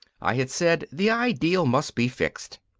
i had said, the ideal must be fixed,